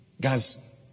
Guys